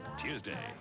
Tuesday